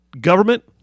government